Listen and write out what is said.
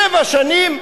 שבע שנים,